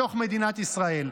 בתוך מדינת ישראל.